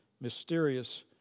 mysterious